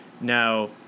Now